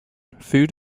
food